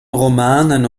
romanen